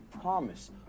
promise